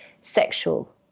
sexual